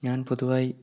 ഞാൻ പൊതുവായി